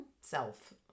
self